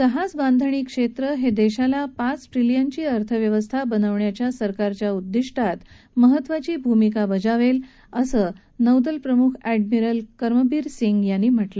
जहाजबांधणी क्षेत्र हे देशाला पाच ट्रिलियनची अर्थव्यवस्था बनवण्याच्या सरकारच्या उद्ददिष्टात महत्वाची भूमिका बजावेल असे उद्गार नौदल प्रमुख एडमिरल करमबीर सिंग यांनी काढले